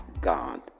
God